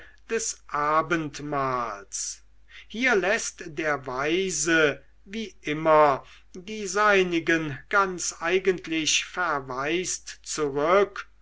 des abendmahls hier läßt der weise wie immer die seinigen ganz eigentlich verwaist zurück